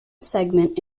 segment